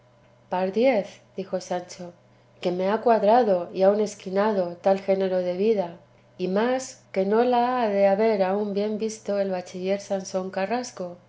siglos pardiez dijo sancho que me ha cuadrado y aun esquinado tal género de vida y más que no la ha de haber aún bien visto el bachiller sansón carrasco